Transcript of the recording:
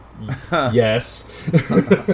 Yes